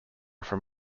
from